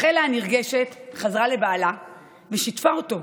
מכלה הנרגשת חזרה לבעלה ושיתפה אותו,